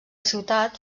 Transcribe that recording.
ciutat